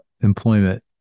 employment